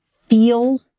feel